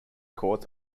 courts